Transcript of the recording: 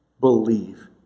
believe